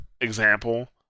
example